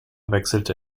wechselte